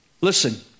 Listen